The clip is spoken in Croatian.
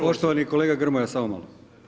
Poštovani kolega Grmoja samo malo.